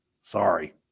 sorry